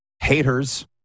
haters